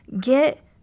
get